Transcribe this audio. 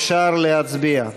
אפשר להצביע.